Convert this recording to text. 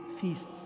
feast